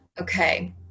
okay